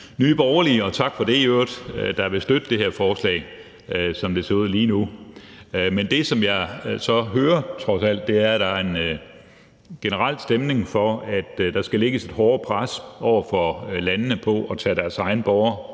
Nye Borgerlige – og i øvrigt tak for det – der vil støtte det her forslag, som det ser ud lige nu. Men det, som jeg så trods alt hører, er, at der er en generel stemning for, at der skal lægges et hårdere pres på landene for at tage deres egne borgere